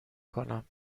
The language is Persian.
کنم